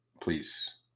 please